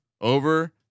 over